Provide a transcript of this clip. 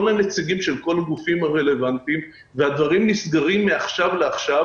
הנציגים של כל הגופים הרלוונטיים והדברים נסגרים מעכשיו לעכשיו,